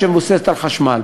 שמבוססת על חשמל.